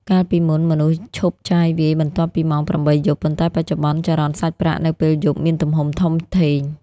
កាលពីមុន មនុស្សឈប់ចាយវាយបន្ទាប់ពីម៉ោង ៨ យប់ ប៉ុន្តែបច្ចុប្បន្ន ចរន្តសាច់ប្រាក់នៅពេលយប់មានទំហំធំធេង។